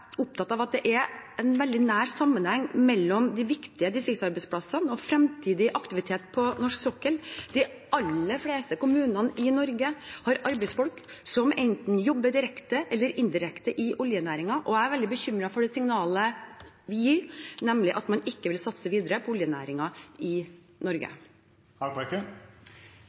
opptatt av at det er en veldig nær sammenheng mellom de viktige distriktsarbeidsplassene og fremtidig aktivitet på norsk sokkel. De aller fleste kommunene i Norge har arbeidsfolk som jobber enten direkte eller indirekte i oljenæringen. Og jeg er veldig bekymret for det signalet vi gir, nemlig at man ikke vil satse videre på oljenæringen i